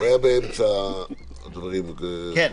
דרך אגב.